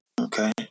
okay